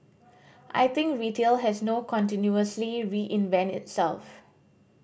I think retail has no continuously reinvent itself